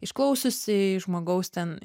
išklausiusi žmogaus ten